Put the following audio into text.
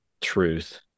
truth